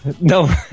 No